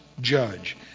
judge